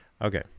Okay